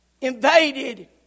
...invaded